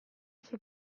she